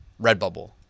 Redbubble